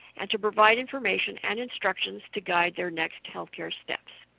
and to provide information and instructions to guide their next healthcare steps.